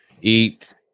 eat